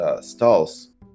stalls